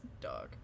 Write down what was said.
dog